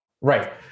Right